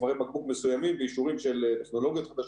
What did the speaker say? צווארי בקבוק מסוימים באישורים של טכנולוגיות חדשות.